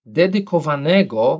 dedykowanego